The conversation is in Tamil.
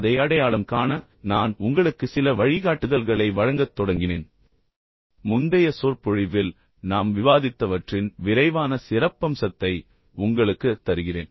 அதை அடையாளம் காண நான் உங்களுக்கு சில வழிகாட்டுதல்களை வழங்கத் தொடங்கினேன் முந்தைய சொற்பொழிவில் நாம் விவாதித்தவற்றின் விரைவான சிறப்பம்சத்தை உங்களுக்குத் தருகிறேன்